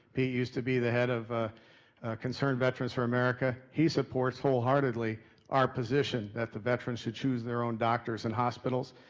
pete used to be the head of concerned veterans for america. he supports wholeheartedly our position that the veterans should choose their own doctors and hospitals.